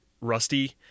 rusty